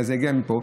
אלא הגיע מפה.